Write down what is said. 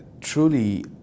truly